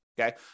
okay